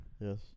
Yes